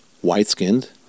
white-skinned